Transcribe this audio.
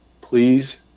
please